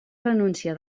renúncia